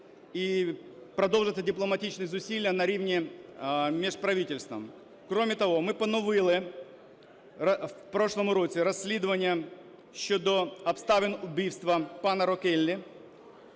і продовжити дипломатичні зусилля на рівні між правительствами. Кроме того, ми поновили в прошлому році розслідування щодо обставин вбивства пана Рокеллі.